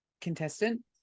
contestant